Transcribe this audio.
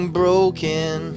broken